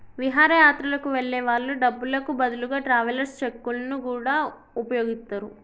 విహారయాత్రలకు వెళ్ళే వాళ్ళు డబ్బులకు బదులుగా ట్రావెలర్స్ చెక్కులను గూడా వుపయోగిత్తరు